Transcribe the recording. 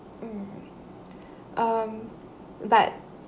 mm um but